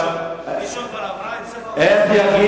ראשון כבר עברה את סף האוכלוסייה.